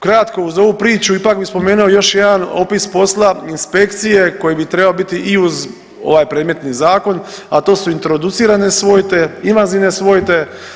Kratko uz ovu priču ipak bih spomenuo još jedan opis posla inspekcije koji bi trebao biti i uz ovaj predmetni zakon, a to su introducirane svojte, invazivne svojte.